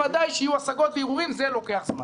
ודאי שיהיו השגות וערעורים, זה לוקח זמן.